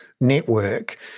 network